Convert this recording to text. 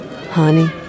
Honey